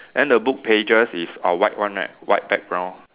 then the book pages is uh white one right white background